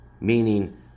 meaning